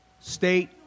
State